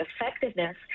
effectiveness